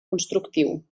constructiu